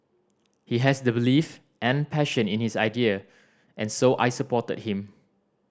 he has the belief and passion in his idea and so I supported him